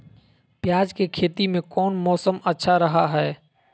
प्याज के खेती में कौन मौसम अच्छा रहा हय?